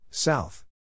South